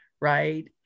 Right